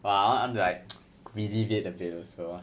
!wah! I want I want to like relieve it a bit also